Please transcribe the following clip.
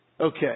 okay